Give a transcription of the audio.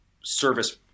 service